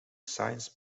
science